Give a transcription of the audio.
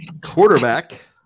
Quarterback